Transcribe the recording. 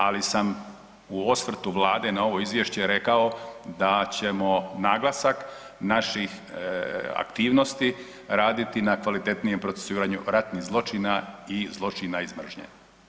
Ali sam u osvrtu Vlade na ovo izvješće rekao da ćemo naglasak naših aktivnosti raditi na kvalitetnijem procesuiranju ratnih zločina i zločina iz mržnje.